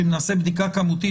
שאם נעשה בדיקה כמותית,